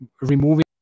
removing